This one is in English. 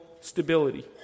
stability